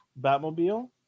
Batmobile